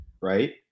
right